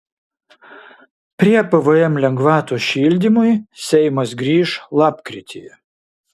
prie pvm lengvatos šildymui seimas grįš lapkritį